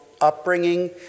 upbringing